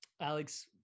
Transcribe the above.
alex